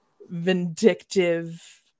Vindictive